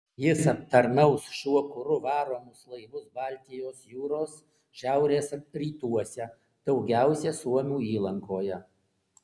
jis aptarnaus šiuo kuru varomus laivus baltijos jūros šiaurės rytuose daugiausiai suomių įlankoje